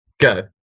go